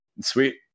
sweet